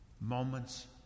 moments